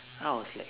then I was like